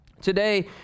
Today